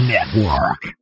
Network